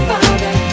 Father